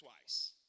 twice